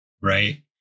right